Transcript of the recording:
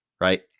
right